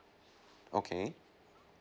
okay